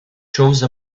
chose